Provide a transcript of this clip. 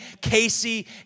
Casey